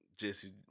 Jesse